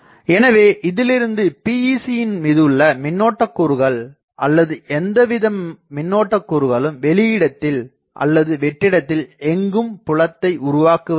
எனவே இதிலிருந்து PEC யின் மீது உள்ள மின்னோட்ட கூறுகள் அல்லது எந்தவித மின்னோட்ட கூறுகளும் வெளியிடத்தில் அல்லது வெற்றிடத்தில் எங்கும் புலத்தை உருவாக்குவதில்லை